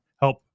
help